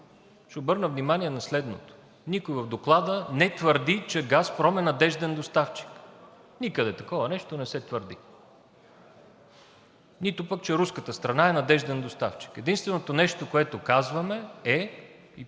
ще обърна внимание на следното. Никой в Доклада не твърди, че „Газпром“ е надежден доставчик. Никъде такова нещо не се твърди! Нито пък, че руската страна е надежден доставчик. Единственото нещо, което казваме, е,